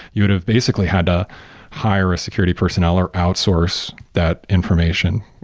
you would have basically had to hire a security personnel, or outsource that information.